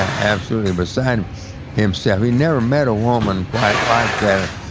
absolutely beside himself. he never met a woman quite like that.